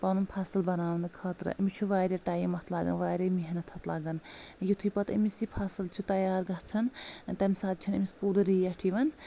پَنُن فَصٕل بَناونہٕ خٲطرٕأمِس چھُ واریاہ ٹایم اَتھ لگان واریاہ محنت لگان یتھُے پَتہٕ أمِس یہِ فصٕل چھُ تَیار گژھان تَمہِ ساتہٕ چھےٚ نہٕ أمِس پَتہٕ پوٗرٕ ریٹ یِوان